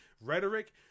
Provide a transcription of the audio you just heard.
rhetoric